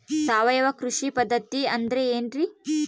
ಸಾವಯವ ಕೃಷಿ ಪದ್ಧತಿ ಅಂದ್ರೆ ಏನ್ರಿ?